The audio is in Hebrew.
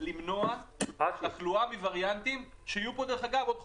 למנוע תחלואה מווריאנטים שיהיו פה עוד חודשיים,